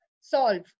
solve